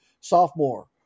sophomore